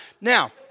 Now